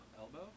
Elbow